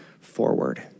forward